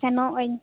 ᱥᱮᱱᱚᱜ ᱟᱹᱧ